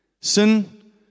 sin